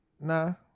No